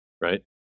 right